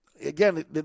again